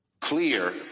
Clear